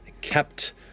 kept